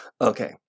Okay